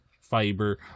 fiber